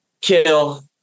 Kill